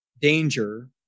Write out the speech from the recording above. danger